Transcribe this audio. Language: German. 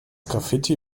graffiti